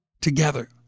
together